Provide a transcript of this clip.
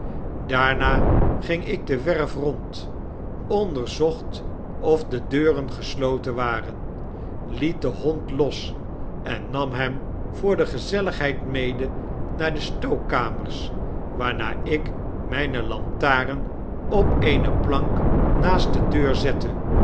daarna ging ik de werf rond onderzocht of de deuren gesloten waren liet den hond los en nam hem voor de gezelligheid mede naar de stookkamers waarna ik mijne lantaren op eene plank naast de deur zette